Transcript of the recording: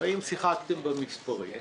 האם שיחקתם במספרים?